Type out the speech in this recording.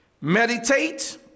Meditate